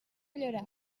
llorac